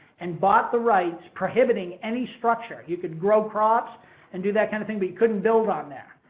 and bought the rights prohibiting any structure. you could grow crops and do that kind of thing, but you couldn't build on there.